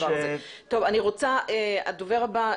הדובר הבא,